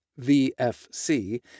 VFC